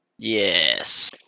Yes